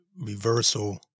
reversal